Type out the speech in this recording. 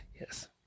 Yes